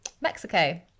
Mexico